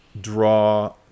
draw